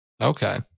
Okay